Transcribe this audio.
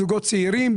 זוגות צעירים,